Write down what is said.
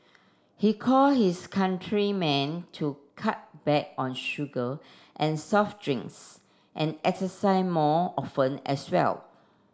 he call for his countrymen to cut back on sugar and soft drinks and exercise more often as well